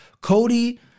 Cody